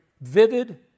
vivid